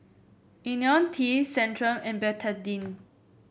IoniL T Centrum and Betadine